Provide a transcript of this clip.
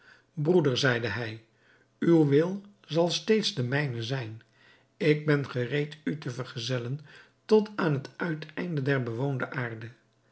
broeder zeide hij uw wil zal steeds den mijnen zijn ik ben gereed u te vergezellen tot aan het uiteinde der bewoonde aarde